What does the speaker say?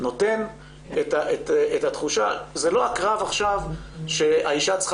נותן את התחושה שזה לא הקרב עכשיו שהאישה צריכה